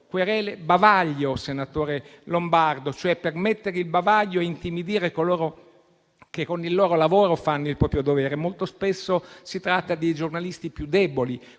querele bavaglio, senatore Lombardo, e cioè per mettere il bavaglio e intimidire coloro che con il loro lavoro fanno il proprio dovere. Molto spesso si tratta dei giornalisti più deboli,